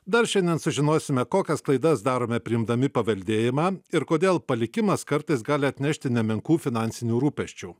dar šiandien sužinosime kokias klaidas darome priimdami paveldėjimą ir kodėl palikimas kartais gali atnešti nemenkų finansinių rūpesčių